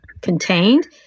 contained